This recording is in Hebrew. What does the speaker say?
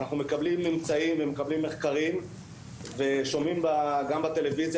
ואנחנו מקבלים ממצאים ומקבלים מחקרים ושומעים גם בטלוויזיה